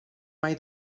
mai